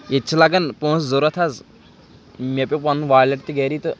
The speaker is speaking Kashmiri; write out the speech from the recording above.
ییٚتہِ چھِ لگان پونٛسہٕ ضوٚرتھ حظ مےٚ پیٚو پَنُن والیٹ تہِ گری تہٕ